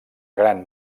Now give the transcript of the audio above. gran